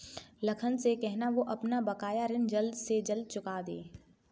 लखन से कहना, वो अपना बकाया ऋण जल्द से जल्द चुका दे